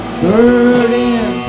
burden